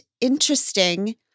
interesting